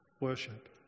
worship